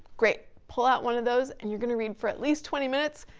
great, pull out one of those and you're gonna read for at least twenty minutes.